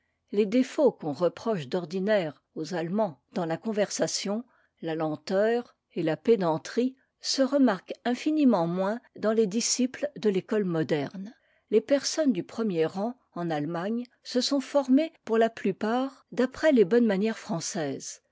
les défauts qu'on reproche d'ordinaire aux allemands dans la conversation la lenteur et la pédanterie se remarquent infiniment moins dans les disciples de l'école moderne les personnes du premier rang en allemagne se sont formées pour la plupart d'après les bonnes manières françaises